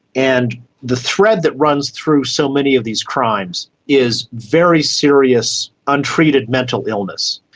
and the thread that runs through so many of these crimes is very serious untreated mental illness.